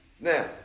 Now